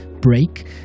break